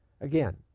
Again